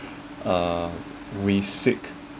uh we seek